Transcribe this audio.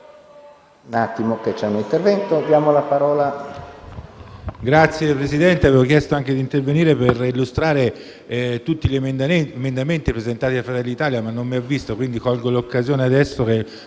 Signor Presidente, avevo chiesto di intervenire anche per illustrare tutti gli emendamenti presentati da Fratelli l'Italia, ma non mi ha visto. Quindi colgo l'occasione adesso,